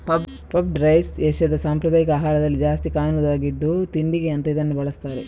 puffed rice ಏಷ್ಯಾದ ಸಾಂಪ್ರದಾಯಿಕ ಆಹಾರದಲ್ಲಿ ಜಾಸ್ತಿ ಕಾಣುದಾಗಿದ್ದು ತಿಂಡಿಗೆ ಅಂತ ಇದನ್ನ ಬಳಸ್ತಾರೆ